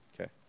Okay